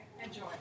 Enjoy